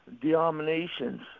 denominations